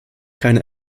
keine